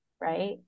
right